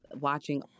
watching